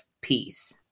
Peace